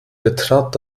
betrat